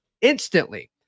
instantly